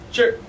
Sure